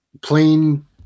plain